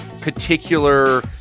particular